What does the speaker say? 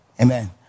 Amen